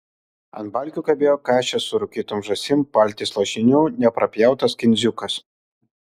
ant balkių kabėjo kašės su rūkytom žąsim paltys lašinių neprapjautas kindziukas